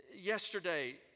Yesterday